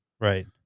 Right